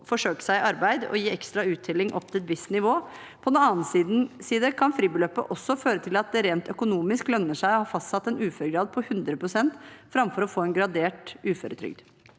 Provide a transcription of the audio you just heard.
forsøke seg i arbeid og gi ekstra uttelling opp til et visst nivå. På den annen side kan fribeløpet også føre til at det rent økonomisk lønner seg å få fastsatt en uføregrad på 100 pst. framfor å få en gradert uføretrygd.